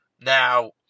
Now